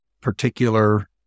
particular